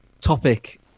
topic